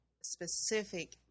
specific